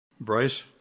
Bryce